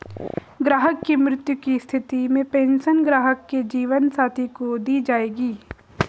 ग्राहक की मृत्यु की स्थिति में पेंशन ग्राहक के जीवन साथी को दी जायेगी